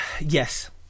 yes